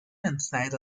inside